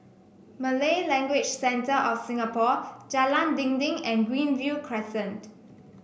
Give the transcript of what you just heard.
Malay Language Centre of Singapore Jalan Dinding and Greenview Crescent